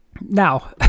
Now